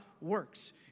works